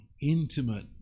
intimate